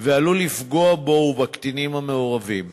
ועלול לפגוע בו ובקטינים המעורבים.